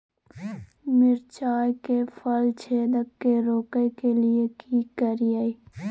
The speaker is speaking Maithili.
मिर्चाय मे फल छेदक के रोकय के लिये की करियै?